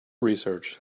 research